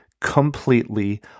completely